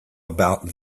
about